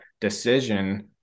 decision